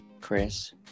Chris